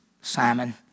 Simon